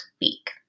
week